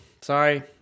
sorry